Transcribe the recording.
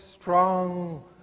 strong